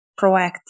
proactive